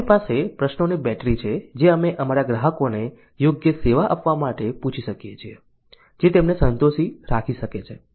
અમારી પાસે પ્રશ્નોની બેટરી છે જે અમે અમારા ગ્રાહકોને યોગ્ય સેવા આપવા માટે પૂછી શકીએ છીએ જે તેમને સંતોષી રાખી શકે છે